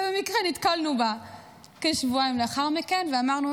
ובמקרה נתקלנו בה כשבועיים לאחר מכן ואמרנו: